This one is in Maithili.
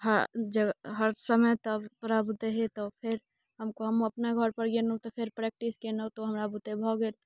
हँ हर जगह हर समय तब तोरा बुते होयतहुँ फेर हम अपना घर पर गेलहुँ तऽ फेर प्रैक्टिस कयलहुँ तऽ हमरा बुते भऽ गेल